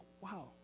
wow